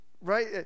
Right